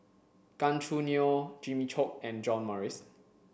Gan Choo Neo Jimmy Chok and John Morrice